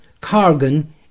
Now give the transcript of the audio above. Cargan